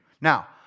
Now